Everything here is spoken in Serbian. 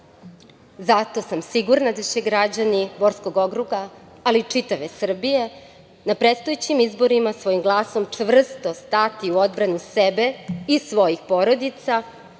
Zato sam sigurna da će građani Borskog okruga, ali i čitave Srbije na predstojećim izborima svojim glasom čvrsto stati u odbranu sebe i svojih porodica